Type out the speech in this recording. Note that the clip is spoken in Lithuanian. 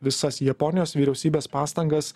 visas japonijos vyriausybės pastangas